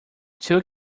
two